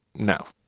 no.